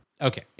Okay